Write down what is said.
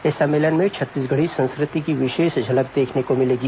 इस सम्मेलन में छत्तीसगढ़ी संस्कृति की विशेष झलक देखने को मिलेगी